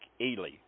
Ely